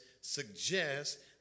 suggests